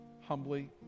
humbly